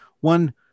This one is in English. one